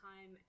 time